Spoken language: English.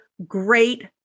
great